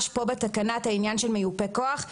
פה בתקנה את העניין של מיופה כוח,